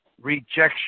rejection